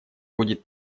будет